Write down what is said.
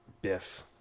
Biff